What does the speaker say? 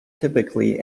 typically